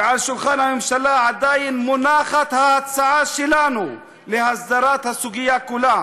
ועל שולחן הממשלה עדיין מונחת ההצעה שלנו להסדרת הסוגיה כולה.